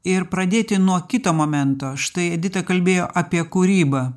ir pradėti nuo kito momento štai edita kalbėjo apie kūrybą